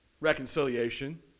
reconciliation